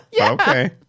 okay